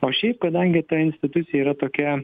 o šiaip kadangi ta institucija yra tokia